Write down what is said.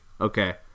Okay